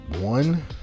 one